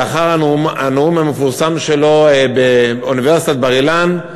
לאחר הנאום המפורסם שלו באוניברסיטת בר-אילן,